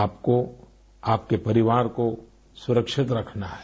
आपको आपके परिवार को सुरक्षित रखना है